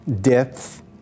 depth